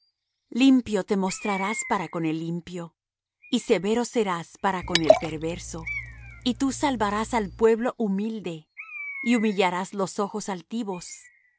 limpio te mostrarás para con el limpio y severo serás para con el perverso y tú salvarás al pueblo humilde y humillarás los ojos altivos